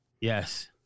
Yes